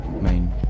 Main